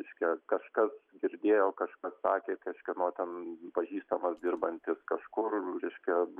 reiškia kažkas girdėjo kažkas sakė kažkieno ten pažįstamas dirbantis kažkur reiškia